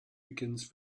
begins